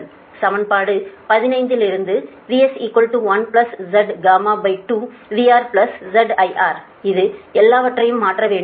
பின்னர் சமன்பாடு 15 இலிருந்து VS 1ZY2VR Z IR இது எல்லாவற்றையும் மாற்ற வேண்டும்